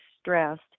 stressed